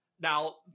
Now